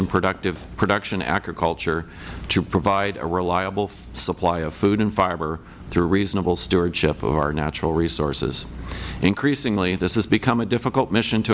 in production agriculture to provide a reliable supply of food and fiber through reasonable stewardship of our natural resources increasingly this has become a difficult mission to